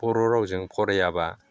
बर' रावजों फरायाब्ला